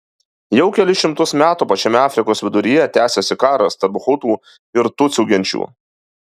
jau kelis šimtus metų pačiame afrikos viduryje tęsiasi karas tarp hutų ir tutsių genčių